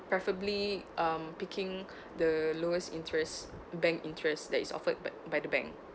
preferably um picking the lowest interest bank interest that is offered by by the bank